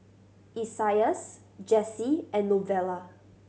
Isaias Jessy and Novella